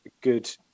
good